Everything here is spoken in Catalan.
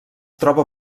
troba